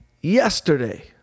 yesterday